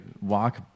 walk